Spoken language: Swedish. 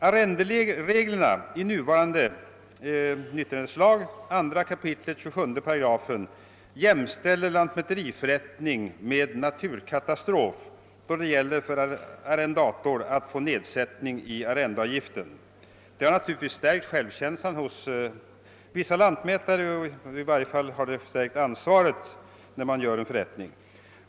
Arrendereglerna i nuvarande 2 kap. 27 8 nyttjanderättslagen jämställer lantmäteriförrättning med naturkatastrof då det gäller för arrendator att få nedsättning i arrendeavgiften. Det har naturligtvis stärkt självkänslan hos vissa lantmätare, i varje fall har det stärkt deras ansvar när de gör en förrättning.